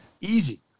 Easy